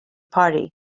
party